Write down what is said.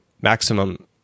maximum